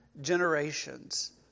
generations